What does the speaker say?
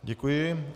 Děkuji.